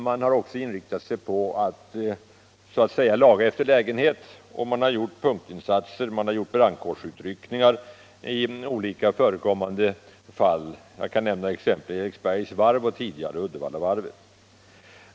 Man har också inriktat sig på att laga efter läglighet och gjort punktinsatser och brandkårsutryckningar i olika förekommande fall. Jag kan som exempel nämna Eriksbergsvarvet och tidigare Uddevallavarvet.